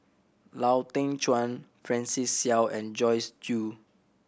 Lau Teng Chuan Francis Seow and Joyce Jue